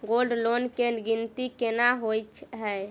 Gold loan केँ गिनती केना होइ हय?